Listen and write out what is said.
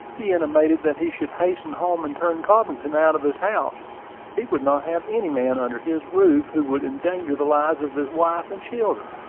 he intimated that he should hasten home and turn cobbington out of his house he would not have any man under his roof who would endanger the lives of his wife and children.